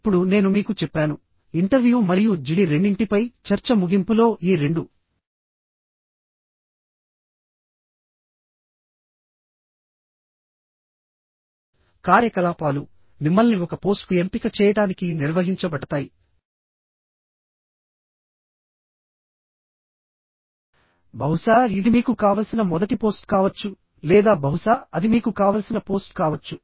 ఇప్పుడు నేను మీకు చెప్పానుఇంటర్వ్యూ మరియు జిడి రెండింటిపై చర్చ ముగింపులో ఈ రెండు కార్యకలాపాలు మిమ్మల్ని ఒక పోస్ట్కు ఎంపిక చేయడానికి నిర్వహించబడతాయి బహుశా ఇది మీకు కావలసిన మొదటి పోస్ట్ కావచ్చు లేదా బహుశా అది మీకు కావలసిన పోస్ట్ కావచ్చు